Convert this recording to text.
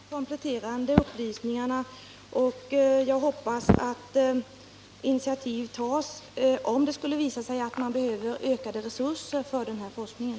Herr talman! Jag ber att få tacka för de kompletterande upplysningarna. Jag hoppas att initiativ tas om det skulle visa sig att man behöver ökade resurser för den här forskningen.